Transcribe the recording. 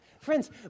Friends